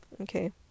okay